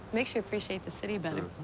makes you appreciate the city better.